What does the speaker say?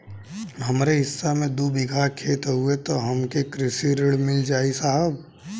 हमरे हिस्सा मे दू बिगहा खेत हउए त हमके कृषि ऋण मिल जाई साहब?